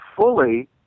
fully